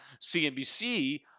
CNBC